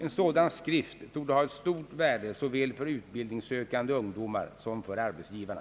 En sådan skrift torde ha ett stort värde såväl för utbildningssökande ungdomar som för arbetsgivarna.